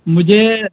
مجھے